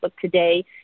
today